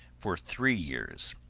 for three years.